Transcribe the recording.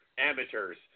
amateurs